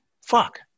Fuck